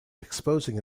exposing